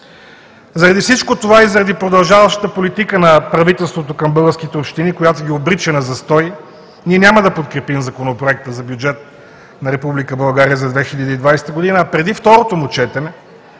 Заради всичко това и заради продължаващата политика на правителството към българските общини, която ги обрича на застой, ние няма да подкрепим Законопроекта за бюджет на Република България за 2020 г., а преди второто му четене